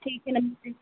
ठीक है नमस्ते